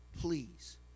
please